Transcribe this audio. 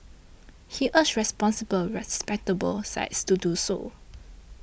he urged responsible respectable sites to do so